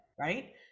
right